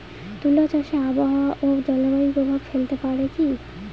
তুলা চাষে আবহাওয়া ও জলবায়ু প্রভাব ফেলতে পারে কি?